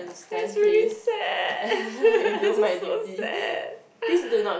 that's really sad that's so sad